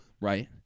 right